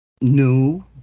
new